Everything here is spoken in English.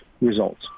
results